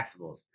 taxables